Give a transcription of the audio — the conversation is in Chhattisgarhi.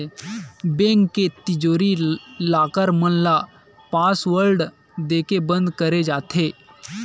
बेंक के तिजोरी, लॉकर मन ल पासवर्ड देके बंद करे जाथे